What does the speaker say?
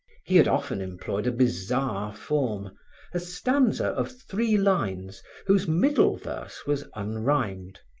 he had often employed a bizarre form a stanza of three lines whose middle verse was unrhymed,